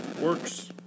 works